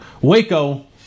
Waco